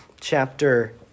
chapter